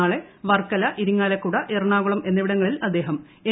നാളെ വർക്കല ഇരിങ്ങാലക്കുട എറണാകുളം എന്നിവിടങ്ങളിൽ അദ്ദേഹ്ഹം എൻ